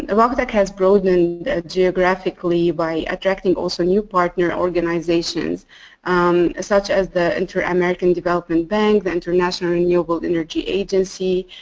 ah voctec has broadened geographically by attracting also new partner organizations um such as the inter-american development bank, the international renewable energy agency,